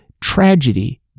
tragedy